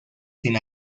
sin